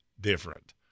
different